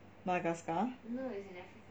madagascar